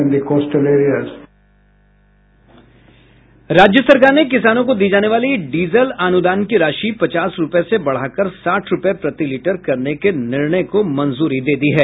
राज्य सरकार ने किसानों को दी जाने वाली डीजल अनुदान की राशि पचास रूपये से बढ़ाकर साठ रूपये प्रति लीटर करने के निर्णय को मंजूरी दे दी है